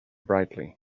brightly